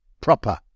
proper